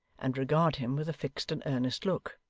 and regard him with a fixed and earnest look.